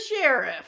sheriff